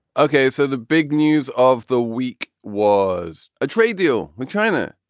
ok. so the big news of the week was a trade deal with china.